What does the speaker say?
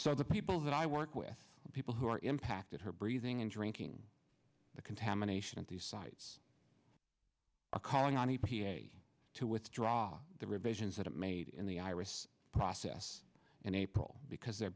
so the people that i work with people who are impacted her breathing and drinking the contamination at these sites a calling on e p a to withdraw the rib agents that are made in the iris process in april because they're